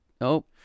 Nope